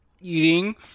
eating